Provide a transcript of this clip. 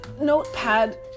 notepad